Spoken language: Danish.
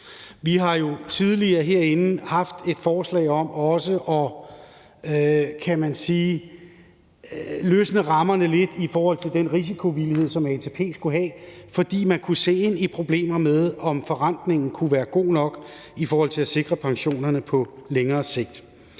Vi har jo tidligere herinde haft et forslag om at, kan man sige, løsne rammerne lidt i forhold til den risikovillighed, som ATP skulle have, fordi man kunne se ind i problemer med, om forrentningen kunne være god nok i forhold til at sikre pensionerne på længere sigt.